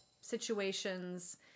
situations